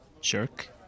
Shirk